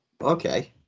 Okay